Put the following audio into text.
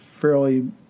fairly